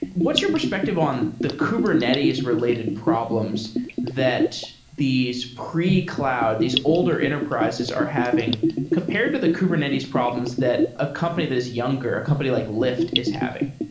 what's your perspective on the kubernetes related problems that these pre-cloud, these older enterprises are having compared to the kubernetes problems that a company that is younger, a company like lyft is having?